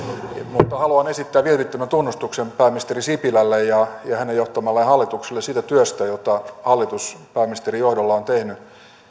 haluan esittää vilpittömän tunnustuksen pääministeri sipilälle ja hänen johtamalleen hallitukselle siitä työstä jota hallitus pääministerin johdolla on tehnyt